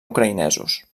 ucraïnesos